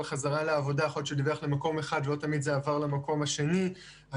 ש ובשכר נמוך יותר ולא אותה דרישת שכר שהייתה לפני כן באופן